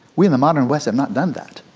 we in the modern west have not done that.